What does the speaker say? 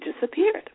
disappeared